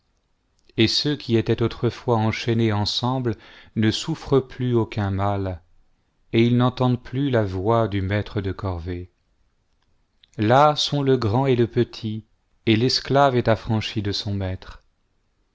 et ceux qui étaient autrefois enchaînés ensemble ne souffrent plus aucun mal et ils n'entendent plus la voix du maître de corvée là sont le grand et le petit et l'esclave est affranchi de son maître